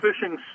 fishing